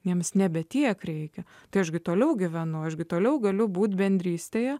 jiems nebe tiek reikia tai aš gi toliau gyvenu aš gi toliau galiu būt bendrystėje